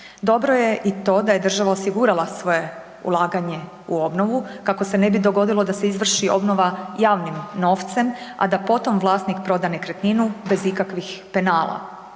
Dobro je i to da je država osigurala svoje ulaganje u obnovu kako se ne bi dogodilo da se izvrši obnova javnim novcem, a da potom vlasnik proda nekretninu bez ikakvih penala.